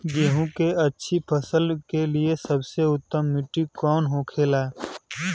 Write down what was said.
गेहूँ की अच्छी फसल के लिए सबसे उत्तम मिट्टी कौन होखे ला?